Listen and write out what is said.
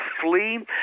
flee